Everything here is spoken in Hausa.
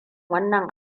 wannan